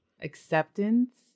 acceptance